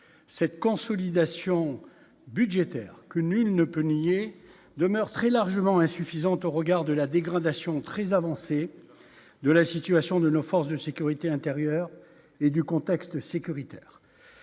cette consolidation budgétaire que nul ne peut nier demeure très largement insuffisante au regard de la dégradation très avancée de la situation de nos forces de sécurité intérieure et du contexte sécuritaire.